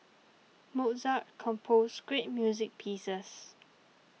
Mozart composed great music pieces